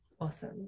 Awesome